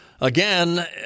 again